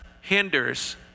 hinders